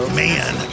man